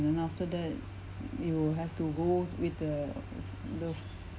then after that you have to go with the w~ the